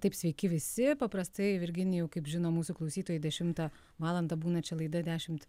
taip sveiki visi paprastai virginijau kaip žino mūsų klausytojai dešimtą valandą būna čia laida dešimt